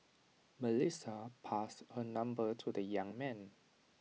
Melissa passed her number to the young man